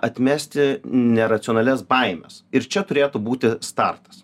atmesti neracionalias baimes ir čia turėtų būti startas